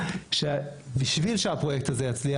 בשביל שהפרויקט הזה יצליח,